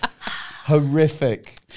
Horrific